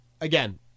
Again